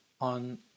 on